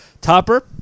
Topper